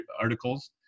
articles